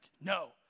no